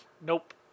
nope